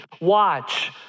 watch